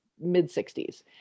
mid-60s